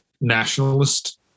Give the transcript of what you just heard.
nationalist